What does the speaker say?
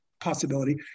possibility